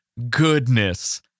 Goodness